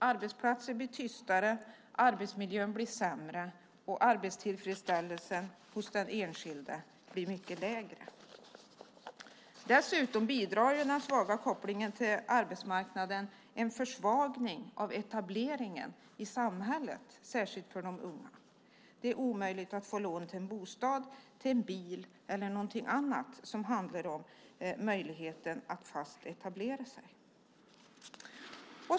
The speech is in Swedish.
Arbetsplatser blir tystare, arbetsmiljön blir sämre och arbetstillfredsställelsen hos den enskilde blir mycket mindre. Dessutom bidrar den svaga kopplingen till arbetsmarknaden till en försvagning av etableringen i samhället, särskilt för de unga. Det är omöjligt att få lån till en bostad, till en bil eller till någonting annat som handlar om att fast etablera sig.